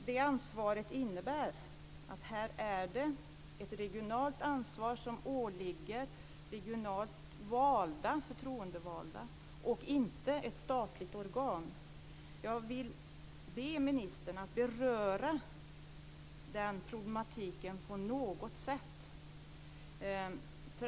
Det ansvaret innebär ett regionalt ansvar som åligger regionalt förtroendevalda och inte ett statligt organ. Jag ber ministern att beröra de problemen på något sätt.